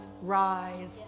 rise